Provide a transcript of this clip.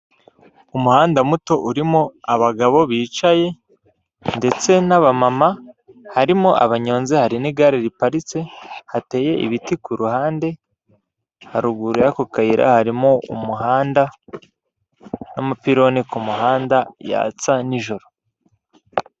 Umuhanda muto urimo abagabo bicaye ndetse n'abamama, harimo abanyonzi hari n'igare riparitse, hateye ibiti ku ruhande, haruguru y'ako kayira harimo umuhanda n'amapironi ku muhanda yatsa nijoro.